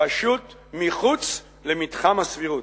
פשוט מחוץ למתחם הסבירות.